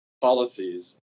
policies